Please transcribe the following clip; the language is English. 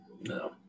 No